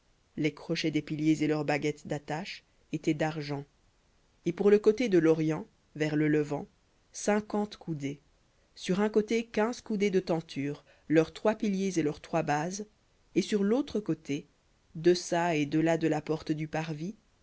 les crochets des piliers et leurs baguettes d'attache étaient dargent et pour le côté de l'orient vers le levant cinquante coudées sur un côté quinze coudées de tentures leurs trois piliers et leurs trois bases et sur l'autre côté deçà et delà de la porte du parvis